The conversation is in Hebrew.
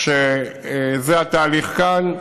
זה התהליך כאן,